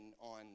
on